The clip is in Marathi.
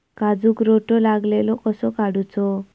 काजूक रोटो लागलेलो कसो काडूचो?